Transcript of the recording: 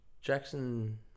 Jackson